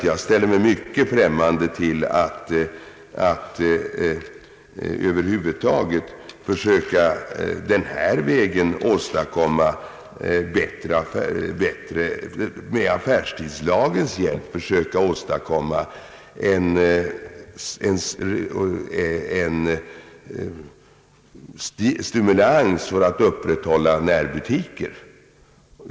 Jag ställer mig mycket främmande inför att över huvud taget försöka att med affärstidslagens hjälp åstadkomma en stimulans åt upprätthållande av närbutiker.